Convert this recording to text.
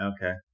Okay